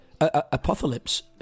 apocalypse